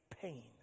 pain